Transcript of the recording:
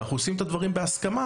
אנחנו עושים את הדברים בהסכמה,